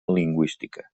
lingüística